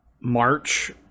March